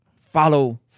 Follow